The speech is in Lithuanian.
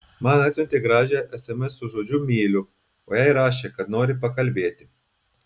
man atsiuntė gražią sms su žodžiu myliu o jai rašė kad nori pakalbėti